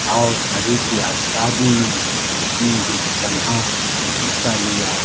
اور تحریک آزادی میں اس نے جو لمحہ حصہ لیا